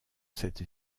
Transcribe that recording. cette